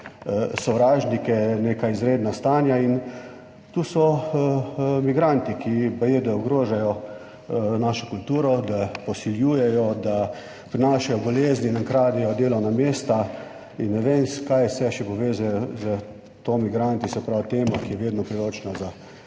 sovražnike, neka izredna stanja in tu so migranti, ki baje, da ogrožajo našo kulturo, da posiljujejo, da prinašajo bolezni, nam kradejo delovna mesta in ne vem kaj vse še povežejo u migranti, se pravi, tema, ki je vedno priročna za